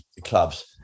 clubs